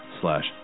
slash